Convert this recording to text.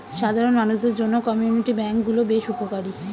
সাধারণ মানুষদের জন্য কমিউনিটি ব্যাঙ্ক গুলো বেশ উপকারী